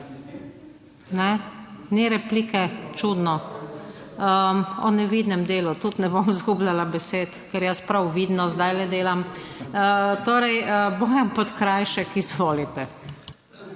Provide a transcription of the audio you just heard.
Ni replike? Čudno. O nevidnem delu tudi ne bom izgubljala besed, ker jaz prav vidno zdajle delam. Torej, Bojan Podkrajšek, izvolite.